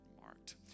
marked